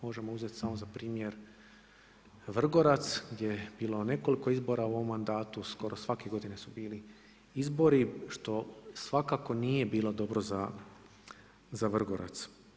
Možemo uzeti samo za primjer Vrgorac gdje je bilo nekoliko izbora u ovom mandatu, skoro svake godine su bili izbori, što svakako nije bilo dobro za Vrgorac.